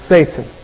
Satan